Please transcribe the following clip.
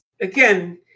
again